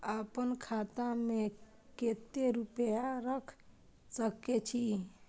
आपन खाता में केते रूपया रख सके छी?